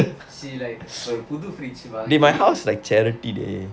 she like ஒரு புது:oru puthu fridge வாங்கி:vaanki